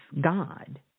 God